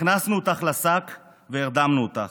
הכנסנו אותך לשק והרדמנו אותך,